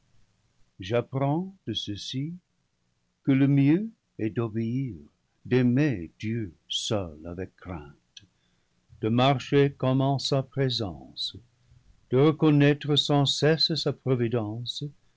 j'apprends de ceci que le mieux est d'obéir d'aimer dieu seul avec crainte de marcher comme en sa présence de re connaître sans cesse sa providence